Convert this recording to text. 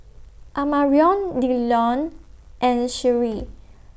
Amarion Dillon and Sheree